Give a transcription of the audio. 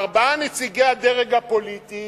ארבעה נציגי הדרג הפוליטי,